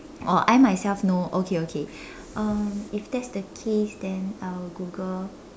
or I myself know okay okay um if that's the case then I will Google